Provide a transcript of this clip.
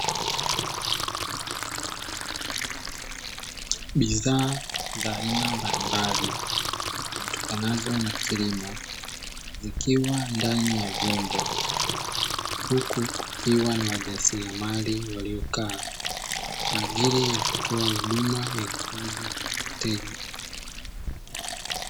Bidhaa za aina mbalimbali zitokanazo na kilimo zikiwa ndani ya vyombo, huku kukiwa na wajasiriamali waliokaa kwa ajili ya kutoa huduma ya kuuza kwa wateja.